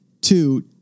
Two